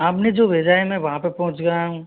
आपने जो भेजा है मैं वहाँ पे पहुँच गया हूँ